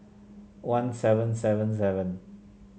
one seven seven seven